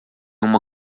uma